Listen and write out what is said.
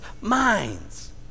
minds